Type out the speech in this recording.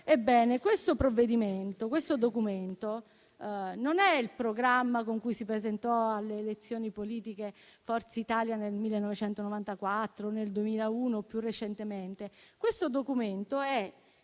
questo documento non è il programma con cui si presentò alle elezioni politiche Forza Italia nel 1994, nel 2001 o più recentemente, ma è il piano di